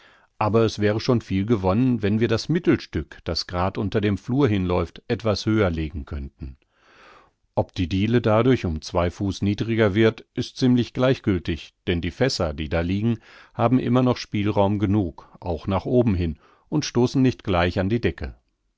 aber es wäre schon viel gewonnen wenn wir das mittelstück das grad unter dem flur hinläuft etwas höher legen könnten ob die diele dadurch um zwei fuß niedriger wird ist ziemlich gleichgültig denn die fässer die da liegen haben immer noch spielraum genug auch nach oben hin und stoßen nicht gleich an die decke